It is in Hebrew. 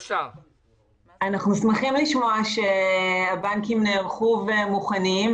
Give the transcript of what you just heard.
אנחנו שמחים לשמוע שהבנקים נערכו והם מוכנים.